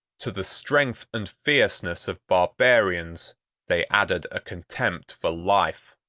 to the strength and fierceness of barbarians they added a contempt for life,